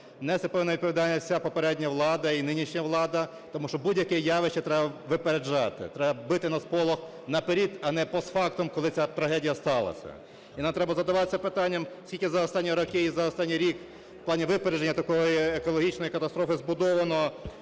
Нести повинні відповідальність ця попередня влада і нинішня влада, тому що будь-яке явище треба випереджати, треба бити на сполох наперед, але не постфактум, коли ця трагедія сталася. І нам треба задаватися питанням, скільки за останні роки і за останній рік в плані випередження такої екологічної катастрофи збудовано